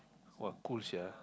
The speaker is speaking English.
!wah! cool sia